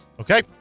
Okay